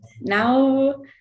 now